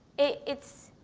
it's